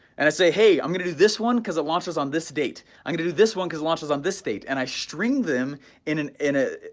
and i say hey, i'm gonna do this one cause it launches on this date, i'm gonna do this one cause it launches on this date and i stream them in and in a,